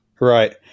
Right